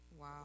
Wow